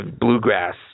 bluegrass